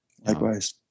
Likewise